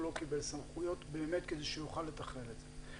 לא קיבל סמכויות באמת כדי שיוכל לתכלל את זה.